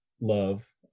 love